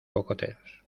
cocoteros